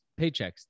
paychecks